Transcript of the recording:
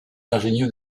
ingénieux